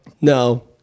No